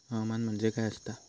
हवामान म्हणजे काय असता?